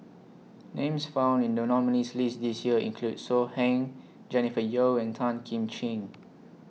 Names found in The nominees' list This Year include So Heng Jennifer Yeo and Tan Kim Ching